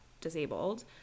disabled